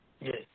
Yes